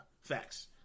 Facts